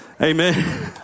Amen